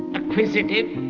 acquisitive,